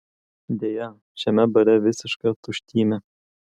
deja šiame bare visiška tuštymė